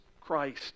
Christ